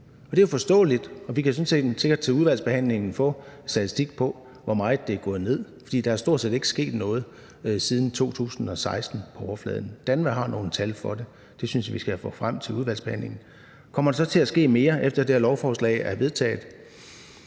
Det er jo forståeligt, og vi kan sikkert til udvalgsbehandlingen få en statistik på, hvor meget det er gået ned, for siden 2016 er der stort set ikke sket noget på overfladen. DANVA har nogle tal for det, og dem synes jeg vi skal få frem til udvalgsbehandling. Kommer der så til at ske mere, efter at det her lovforslag er vedtaget?